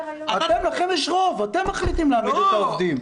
לכם יש רוב, אתם מחליטים להעמיד את העובדים.